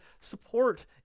support